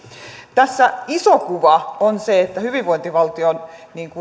tässä iso kuva on se että hyvinvointivaltion